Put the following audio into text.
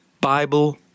Bible